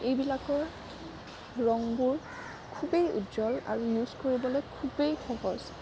এইবিলাকৰ ৰংবোৰ খুবেই উজ্জ্বল আৰু ইউজ কৰিবলৈ খুবেই সহজ